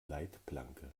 leitplanke